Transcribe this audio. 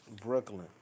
Brooklyn